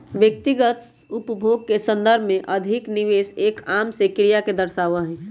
व्यक्तिगत उपभोग के संदर्भ में अधिक निवेश एक आम से क्रिया के दर्शावा हई